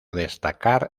destacar